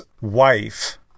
wife